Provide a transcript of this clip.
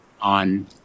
on